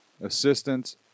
assistance